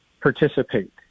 participate